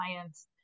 science